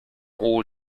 all